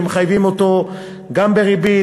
ומחייבים אותו גם בריבית,